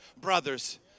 brothers